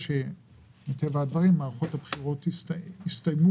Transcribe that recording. יש לנו